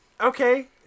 okay